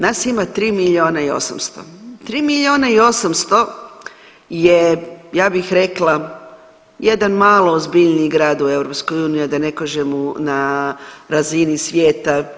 Nas ima 3 milijuna i 800, 3 milijuna i 800 je ja bih rekla jedan malo ozbiljniji grad u EU, a da ne kažem na razini svijeta.